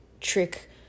trick